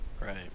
right